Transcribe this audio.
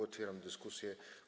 Otwieram dyskusję.